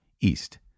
East